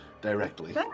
Directly